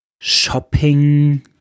shopping